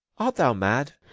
art thou mad?